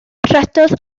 rhedodd